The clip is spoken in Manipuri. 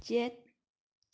ꯌꯦꯠ